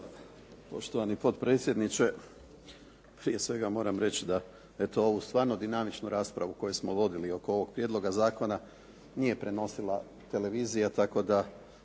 poštovani potpredsjedniče. Prije svega moram reći da eto ovu stvarno dinamičnu raspravu koju smo vodili oko ovoga prijedloga zakona nije prenosila televizija tako da